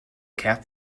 cap